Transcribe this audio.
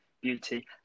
beauty